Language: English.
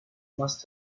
must